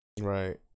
Right